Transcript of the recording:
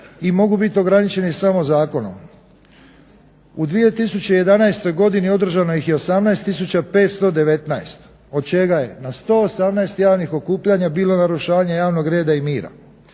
i mogu biti ograničeni samo zakonom. U 2011. godini održano ih je 18519 od čega je na 118 javnih okupljanja bilo narušavanja javnog reda i mira.